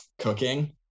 cooking